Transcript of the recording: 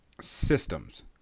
systems